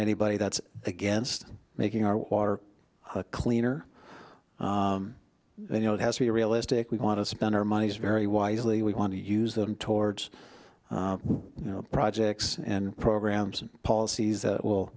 anybody that's against making our water cleaner and you know it has to be realistic we want to spend our money is very wisely we want to use them towards you know projects and programs and policies that will